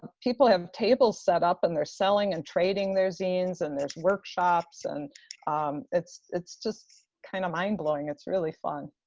people have tables set up and they're selling and trading their zines and there's workshops and um it's it's just kind of mind-blowing. it's really fun.